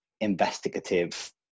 investigative